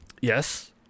Yes